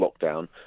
lockdown